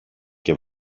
και